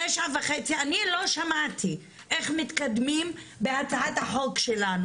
ואני לא שמעתי איך מתקדמים בהצעת החוק שלנו.